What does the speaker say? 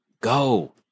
Go